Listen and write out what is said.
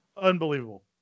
Unbelievable